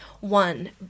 one